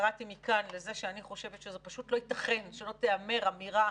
קראתי מכאן לזה שאני חושבת שזה פשוט לא ייתכן שלא תאמר אמירה.